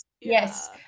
Yes